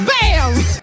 Bam